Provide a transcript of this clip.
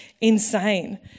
insane